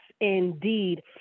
indeed